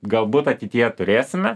galbūt ateityje turėsime